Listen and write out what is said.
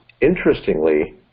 Interestingly